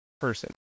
person